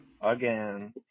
again